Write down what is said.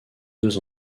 deux